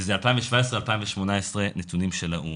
וזה 2017 2018, נתונים של האו"ם.